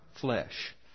flesh